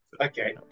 okay